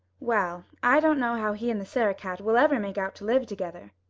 well, i don't know how he and the sarah-cat will ever make out to live together,